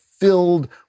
filled